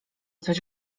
coś